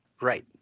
Right